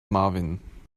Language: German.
marvin